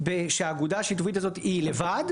או שהם ייסעו כדי לעשות בייביסיטר לילדים.